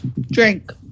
Drink